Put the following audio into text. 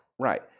right